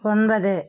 ஒன்பது